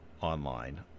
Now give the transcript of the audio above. online